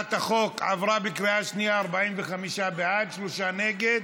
הצעת החוק עברה בקריאה שנייה, 45 בעד, שלושה נגד.